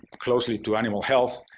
closely to animal health,